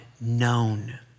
known